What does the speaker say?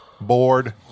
bored